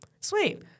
Sweet